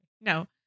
No